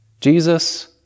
Jesus